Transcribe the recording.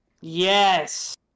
Yes